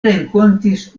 renkontis